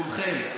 לכולכם,